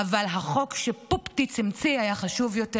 אבל החוק שפופטיץ המציא היה חשוב יותר.